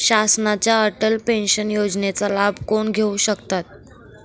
शासनाच्या अटल पेन्शन योजनेचा लाभ कोण घेऊ शकतात?